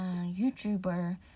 YouTuber